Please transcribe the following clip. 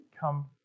come